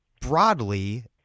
broadly